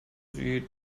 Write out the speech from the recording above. sie